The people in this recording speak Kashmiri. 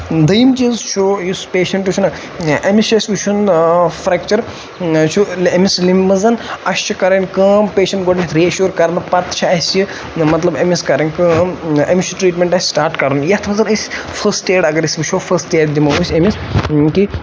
دٔیٚیِم چیٖز چھُ یُس پیشَنٹ چھُ نہ أمِس چھُ اَسہِ وٕچھُن فریٚکچَر چھُ أمِس لِمبہِ مَنٛز اَسہِ چھُ کَرٕنۍ کٲم پیشَنٹ گۄڈنٮ۪تھ رِایٚشُور کَرنہٕ پَتہٕ چھُ اَسہِ مَطلَب أمِس کَرٕنۍ کٲم أمِس چھُ ٹریٖٹمنٛٹ اَسہِ سٹاٹ کَرُن یَتھ مَنٛز أسۍ فٔسٹ ایڈ اَگَر أسۍ وٕچھو فٔسٹ ایڈ دِمو أسۍ أمِس کہِ